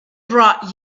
brought